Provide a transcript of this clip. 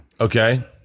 Okay